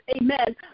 amen